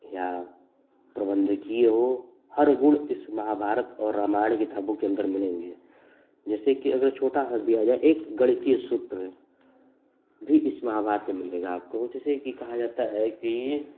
या प्रबन्धकीय हो हर गुण इस महाभारत और रामायण किताबों के अन्दर मिलेंगे जैसे कि अगर छोटा हल दिया जाए एक गणितीय सूत्र भी इस महाभारत में मिलेगा आपको जैसे कि कहा जाता है कि